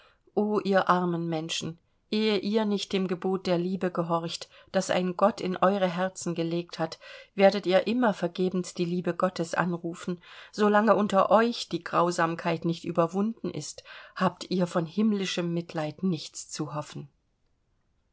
ihr armen menschen ehe ihr nicht dem gebot der liebe gehorcht das ein gott in eure herzen gelegt hat werdet ihr immer vergebens die liebe gottes anrufen so lange unter euch die grausamkeit nicht überwunden ist habt ihr von himmlischem mitleid nichts zu hoffen